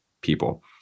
people